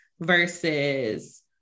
versus